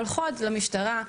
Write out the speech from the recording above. הולכות למשטרה.